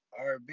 RB